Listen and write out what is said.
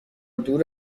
دور